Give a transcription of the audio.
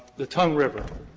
the tongue river,